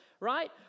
right